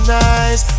nice